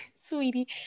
Sweetie